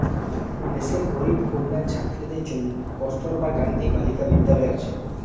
দেশের গরিব কন্যা ছাত্রীদের জন্যে কস্তুরবা গান্ধী বালিকা বিদ্যালয় আছে